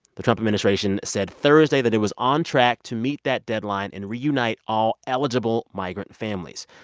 the trump administration said thursday that it was on track to meet that deadline and reunite all eligible migrant families.